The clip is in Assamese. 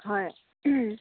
হয়